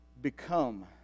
become